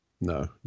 No